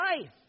life